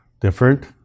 different